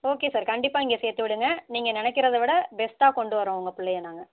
okay sir கண்டிப்பாக நீங்கள் சேர்த்து விடுங்கள் நீங்கள் நினைக்கறத விட பெஸ்ட்டாக கொண்டு வர்றோம் உங்கள் பிள்ளையை நாங்கள்